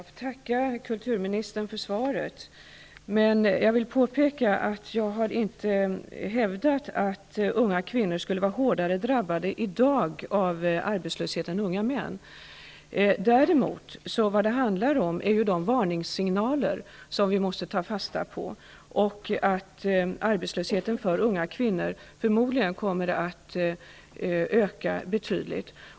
Herr talman! Jag tackar kulturministern för svaret. Jag vill påpeka att jag inte har hävdat att unga kvinnor i dag skulle vara hårdare drabbade av arbetslöshet än unga män. Däremot handlar det om de varningssignaler som vi måste ta fasta på. Förmodligen kommer arbetslösheten bland unga kvinnor att öka betydligt.